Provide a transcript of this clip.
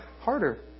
harder